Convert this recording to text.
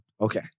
Okay